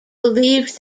believed